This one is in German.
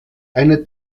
eine